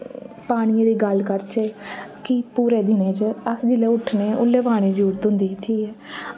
पानियें दी गल्ल करचे कि पुरे दिने च अस जिसलै उट्ठने उसलै पानी दी जरूरत होंदी ठीक ऐ